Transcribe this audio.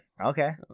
Okay